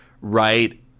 right